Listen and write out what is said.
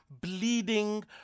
bleeding